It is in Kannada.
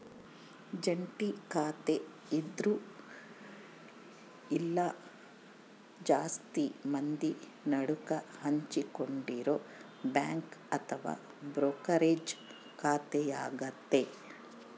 ಜಂಟಿ ಖಾತೆ ಇಬ್ರು ಇಲ್ಲ ಜಾಸ್ತಿ ಮಂದಿ ನಡುಕ ಹಂಚಿಕೊಂಡಿರೊ ಬ್ಯಾಂಕ್ ಅಥವಾ ಬ್ರೋಕರೇಜ್ ಖಾತೆಯಾಗತೆ